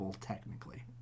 technically